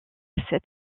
cet